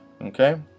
Okay